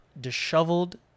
disheveled